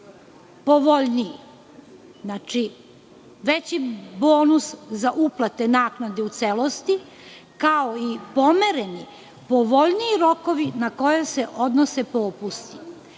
povoljniji, veći bonus za uplate naknade u celosti, kao i pomereni, povoljniji rokovi na koje se odnose popusti.